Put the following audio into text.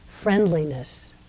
friendliness